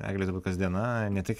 eglei turbūt kasdiena ne tik